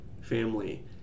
family